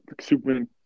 Superman